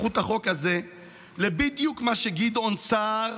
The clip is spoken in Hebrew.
הפכו את החוק הזה בדיוק למה שגדעון סער